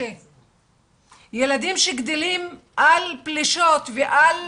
ילדים שגדלים על פלישות ועל